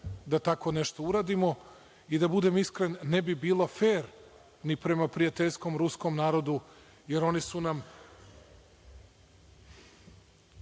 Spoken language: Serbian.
da tako nešto uradimo. Da budem iskren, ne bi bilo fer ni prema prijateljskom ruskom narodu, jer ne znam